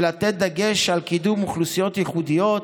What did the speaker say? ולתת דגש על קידום אוכלוסיות ייחודיות,